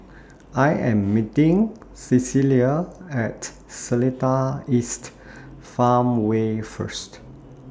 I Am meeting Cecilia At Seletar East Farmway First